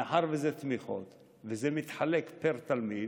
מאחר שזה תמיכות וזה מתחלק פר-תלמיד,